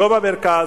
לא במרכז,